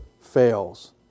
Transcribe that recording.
fails